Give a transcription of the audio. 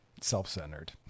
self-centered